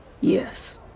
Yes